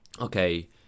okay